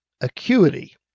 acuity